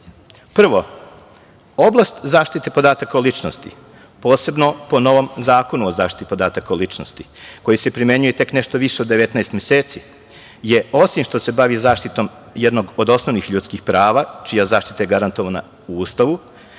oblast zaštite podataka o ličnosti, posebno po novom Zakonu zaštite podataka o ličnosti, koji se primenjuje tek nešto više od 19 meseci je osim što se bavi zaštitom jednog od osnovnih ljudskih prava, čija zaštita je garantovana u Ustavu